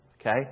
Okay